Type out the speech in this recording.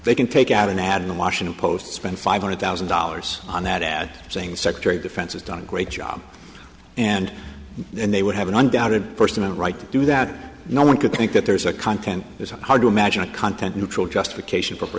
they can take out an ad in the washington post spend five hundred thousand dollars on that ad saying secretary of defense has done a great job and they would have an undoubted personal right to do that no one could think that there's a content it's hard to imagine a content neutral justification for